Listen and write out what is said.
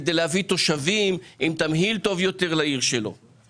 כדי להביא תושבים עם תמהיל טוב יותר לעיר שלו .